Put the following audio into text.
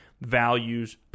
values